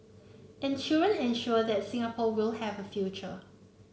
and children ensure that Singapore will have a future